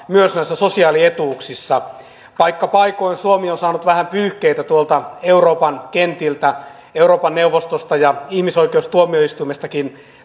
myös näissä sosiaalietuuksissa paikka paikoin suomi on aikaisempina vuosina saanut vähän pyyhkeitä tuolta euroopan kentiltä euroopan neuvostosta ja ihmisoikeustuomioistuimestakin